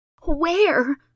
Where